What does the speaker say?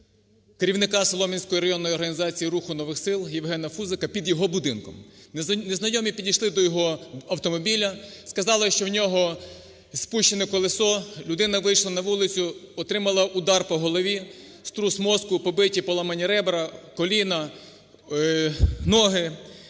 керівника Солом'янської районної організації "Руху нових сил" Євгена Фузика, - під його будинком. Незнайомі підійшли до його автомобіля, сказали, що в нього спущене колесо. Людина вийшла на вулицю, отримала удар по голові, струс мозку, побиті й поламані ребра, коліна, ноги.